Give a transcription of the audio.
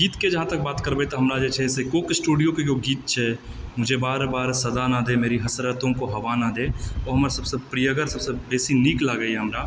गीत के जहाँ तक बात करबै तऽ हमरा जे छै से कुक स्टुडियो के ओ गीत छै जे बार बार सजा ना दे मेरी हसरतो को हवा ना दे ओ हमर सभसँ प्रियगर सभसँ बेसी नीक लागैया हमरा